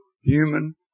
human